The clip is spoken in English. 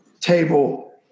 table